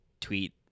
tweet